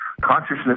Consciousness